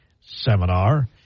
seminar